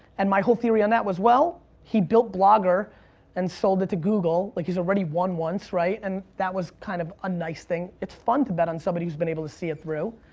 and my whole theory on that was well, he built blogger and sold it to google, like he's already won once, and that was kind of a nice thing. it's fun to bet on somebody who's been able to see it through.